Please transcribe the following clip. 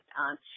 on